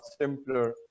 simpler